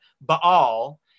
Baal